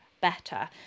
better